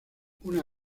una